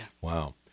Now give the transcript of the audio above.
Wow